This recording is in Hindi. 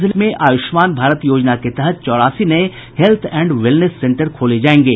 सारण जिले में आयुष्मान भारत योजना के तहत चौरासी नये हेल्थ एण्ड वेलनेस सेंटर खोले जायेंगे